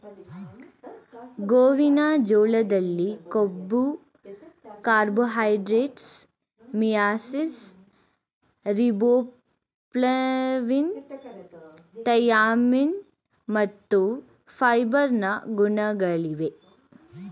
ಗೋವಿನ ಜೋಳದಲ್ಲಿ ಕೊಬ್ಬು, ಕಾರ್ಬೋಹೈಡ್ರೇಟ್ಸ್, ಮಿಯಾಸಿಸ್, ರಿಬೋಫ್ಲಾವಿನ್, ಥಯಾಮಿನ್ ಮತ್ತು ಫೈಬರ್ ನ ಗುಣಗಳಿವೆ